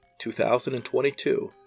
2022